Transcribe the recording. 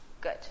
Good